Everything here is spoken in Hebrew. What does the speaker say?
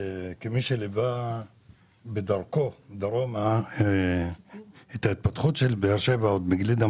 כמי שליווה בדרכו דרומה את ההתפתחות של באר שבע עוד בגלידה